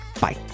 bye